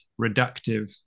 reductive